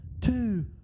two